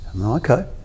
okay